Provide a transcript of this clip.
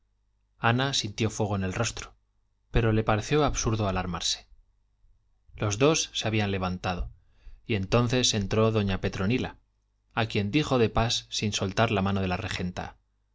ana sintió fuego en el rostro pero le pareció absurdo alarmarse los dos se habían levantado y entonces entró doña petronila a quien dijo de pas sin soltar la mano de la regenta